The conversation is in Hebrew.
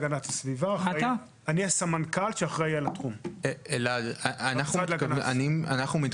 לכן אני מפציר בכם לעשות את מה שלעניות דעתי הייתם צריכים לעשות ב-2017.